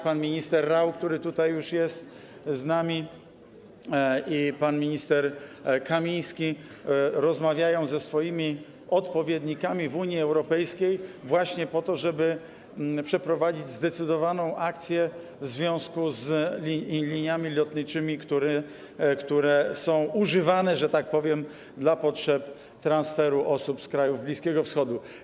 Pan minister Rau, który tutaj już jest z nami, i pan minister Kamiński rozmawiają ze swoimi odpowiednikami w Unii Europejskiej właśnie po to, żeby przeprowadzić zdecydowaną akcję w związku z liniami lotniczymi, które są używane, że tak powiem, dla potrzeb transferu osób z krajów Bliskiego Wschodu.